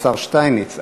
השר שטייניץ,